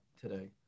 today